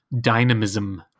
dynamism